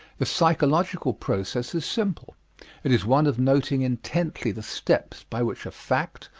the psychological process is simple it is one of noting intently the steps by which a fact,